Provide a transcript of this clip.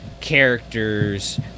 characters